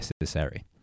necessary